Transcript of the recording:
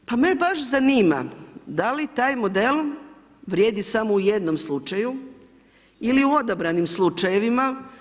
Pa mene baš zanima da li taj model vrijedi samo u jednom slučaju ili u odabranim slučajevima?